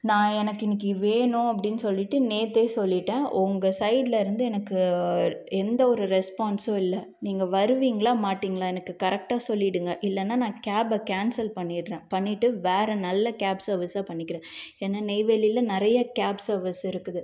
நான் எனக்கு இன்றைக்கி வேணும் அப்படின்னு சொல்லிகிட்டு நேற்றே சொல்லிவிட்டேன் உங்கள் சைட்டிலேருந்து எனக்கு எந்த ஒரு ரெஸ்பான்ஸும் இல்லை நீங்கள் வருவீங்களா மாட்டிங்களா எனக்கு கரெக்டாக சொல்லிவிடுங்க இல்லைனா நான் கேபை கேன்சல் பண்ணிடுறேன் பண்ணிவிட்டு வேறு நல்ல கேப் சர்வீஸாக பண்ணிக்கிறேன் ஏன்னால் நெய்வேலியில் நிறைய கேப் சர்வீஸ் இருக்குது